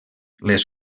les